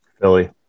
Philly